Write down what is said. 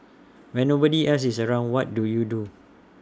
when nobody else is around what do you do